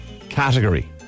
category